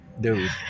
Dude